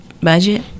budget